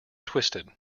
twisted